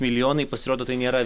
milijonai pasirodo tai nėra